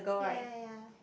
ya ya ya